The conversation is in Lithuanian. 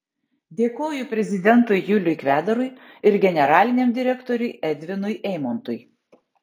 dėkoju prezidentui juliui kvedarui ir generaliniam direktoriui edvinui eimontui